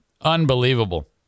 Unbelievable